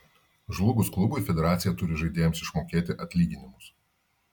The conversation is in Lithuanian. žlugus klubui federacija turi žaidėjams išmokėti atlyginimus